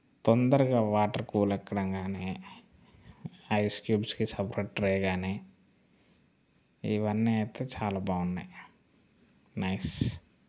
తొందరగా water cool ఎక్కడం కానీ ఐస్ క్యూబ్స్కి సపరేట్ ట్రే కానీ ఇవన్నీ అయితే చాలా బాగున్నాయి నైస్